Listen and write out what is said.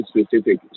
Specific